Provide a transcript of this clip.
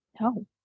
No